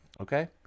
Okay